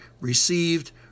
received